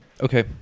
Okay